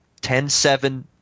ten-seven